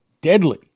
deadly